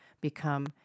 become